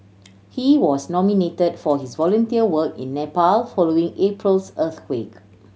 he was nominate for his volunteer work in Nepal following April's earthquake